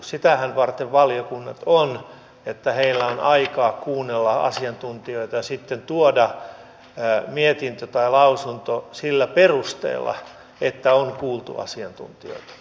sitähän varten valiokunnat ovat että heillä on aikaa kuunnella asiantuntijoita ja sitten tuoda mietintö tai lausunto sillä perusteella että on kuultu asiantuntijoita